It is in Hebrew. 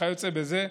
וכיוצא בזה,